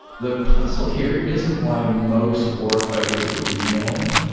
the puzzle here isn't why most war fighters would be men.